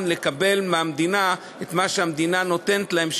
לקבל מהמדינה את מה שהמדינה נותנת להם,